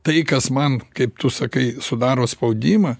tai kas man kaip tu sakai sudaro spaudimą